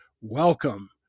welcome